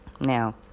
Now